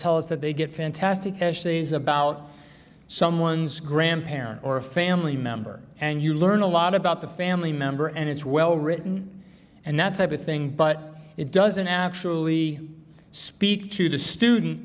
tell us that they get fantastic ashleigh's about someone's grandparent or a family member and you learn a lot about the family member and it's well written and that type of thing but it doesn't actually speak to the student